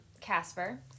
Casper